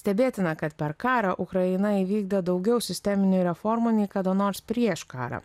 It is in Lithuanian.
stebėtina kad per karą ukraina įvykdė daugiau sisteminių reformų nei kada nors prieš karą